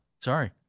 Sorry